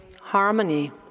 harmony